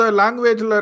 language